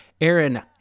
Aaron